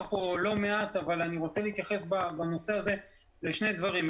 עליו כאן לא מעט אבל אני רוצה להתייחס בנושא הזה לשני דברים.